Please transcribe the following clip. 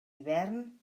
hivern